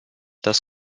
das